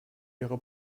ihre